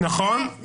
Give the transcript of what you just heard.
נכון.